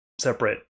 separate